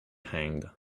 hanged